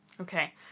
Okay